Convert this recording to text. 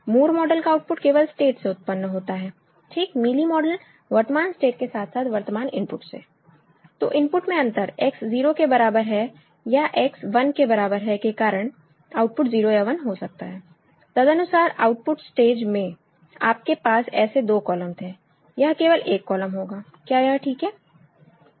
मूर model का output केवल state से उत्पन्न होता है ठीक मीली मॉडल वर्तमान स्टेट के साथ साथ वर्तमान इनपुट से तो इनपुट में अंतर X 0 के बराबर है या X 1 के बराबर है के कारण आउटपुट 0 या 1 हो सकता है तदनुसार आउटपुट स्टेज में आपके पास ऐसे दो कॉलम थे यह केवल एक कॉलम होगा क्या यह ठीक है